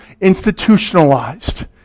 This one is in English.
institutionalized